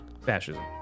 fascism